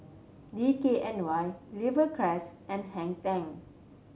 D K N Y Rivercrest and Hang Ten